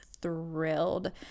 thrilled